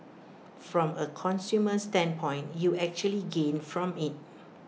from A consumer standpoint you actually gain from IT